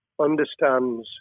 understands